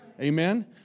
Amen